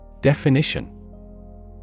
Definition